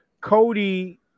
Cody